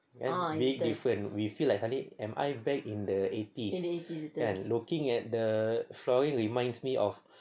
very different we feel like am I back in the eighties and looking at the flooring reminds me of